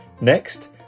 Next